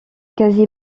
quasi